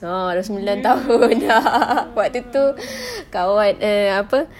ah sudah sembilan tahun sudah waktu itu kawan err apa